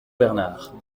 bernard